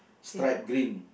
stripe green